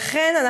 לכן,